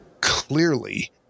clearly